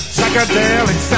Psychedelic